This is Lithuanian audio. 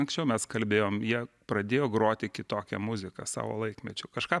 anksčiau mes kalbėjom jie pradėjo groti kitokią muziką savo laikmečiu kažką